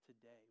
today